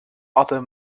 other